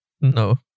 no